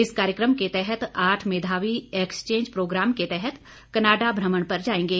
इस कार्यक्रम के तहत आठ मेधावी एक्सचेंज प्रोग्राम के तहत कनाडा भ्रमण पर जाएंगे